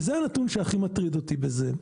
וזה הנתון שהכי מטריד אותי בזה,